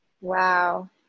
Wow